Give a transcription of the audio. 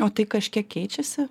o tai kažkiek keičiasi